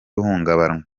uhungabana